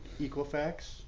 Equifax